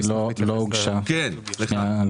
לא הוגשה --- כן, סליחה.